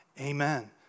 Amen